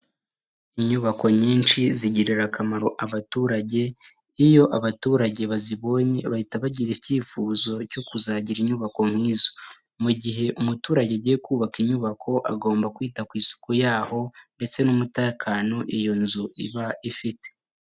Inyubako nyinshi zigirira akamaro abaturage, iyo abaturage bazibonye bahita bagira icyifuzo cyo kugira inyubako nk'izo, mugihe umuturage agiye kubaka inyubako, agomba kwita ku isuku yaho, ndetse n'umutekano iyo nzu iba ifite.